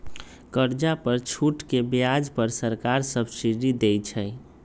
कर्जा पर छूट के ब्याज पर सरकार सब्सिडी देँइ छइ